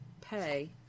pay